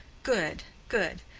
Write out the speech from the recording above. good, good.